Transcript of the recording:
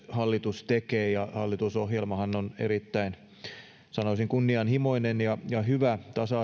hallitus tekee hallitusohjelmahan on erittäin sanoisin kunnianhimoinen ja ja hyvä tasa